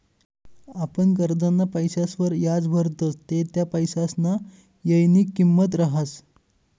आपण करजंना पैसासवर याज भरतस ते त्या पैसासना येयनी किंमत रहास